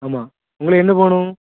ஆமாம் உங்களுக்கு எந்தப்பூ வேணும்